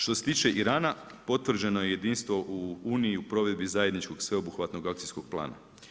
Što se tiče Irana potvrđeno je jedinstvo u Uniju, u provedbi zajedničkog sveobuhvatnog akcijskog plana.